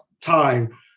time